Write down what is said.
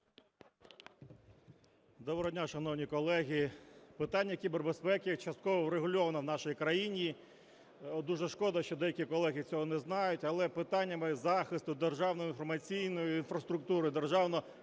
Доброго дня, шановні колеги. Питання кібербезпеки частково врегульовано в нашій країні. Дуже шкода, що деякі колеги цього не знають. Але питаннями захисту державної інформаційної інфраструктури, державно-критичної